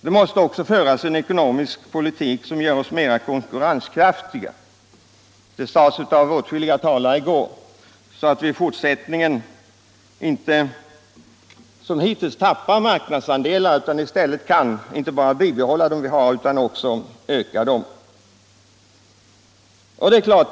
Det måste också föras en ekonomisk politik som gör oss mer konkurrenskraftiga — det sades” av åtskilliga talare i går — så att vi i fortsättningen inte som hittills tappar marknadsandelar utan i stället kan inte bara bibehålla våra marknadsandelar utan också öka dem.